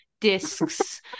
discs